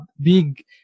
big